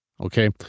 Okay